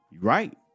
Right